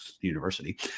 University